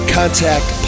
contact